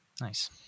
Nice